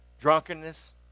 drunkenness